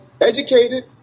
educated